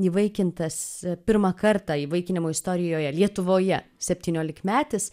įvaikintas pirmą kartą įvaikinimo istorijoje lietuvoje septyniolikmetis